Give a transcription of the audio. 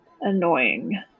annoying